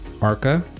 Arca